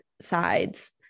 sides